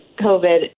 COVID